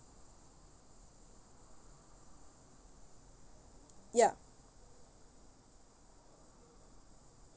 ya